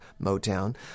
Motown